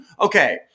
Okay